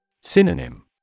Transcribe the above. Synonym